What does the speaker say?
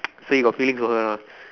so you have feelings for her ah